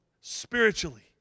spiritually